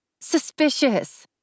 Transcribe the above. Suspicious